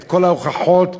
את כל ההוכחות שלנו,